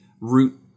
root